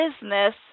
business